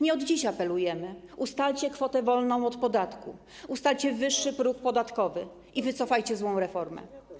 Nie od dziś apelujemy: ustalcie kwotę wolną od podatku, ustalcie wyższy próg podatkowy i wycofajcie złą reformę.